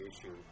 issue